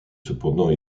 cependant